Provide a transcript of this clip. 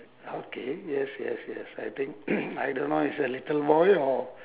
okay yes yes yes I think I don't know it's a little boy or